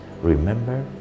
Remember